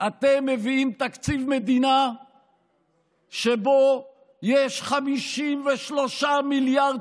אתם מביאים תקציב מדינה שבו יש 53 מיליארד